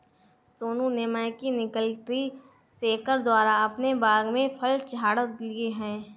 सोनू ने mechanical tree shaker द्वारा अपने बाग के फल झाड़ लिए है